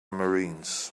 marines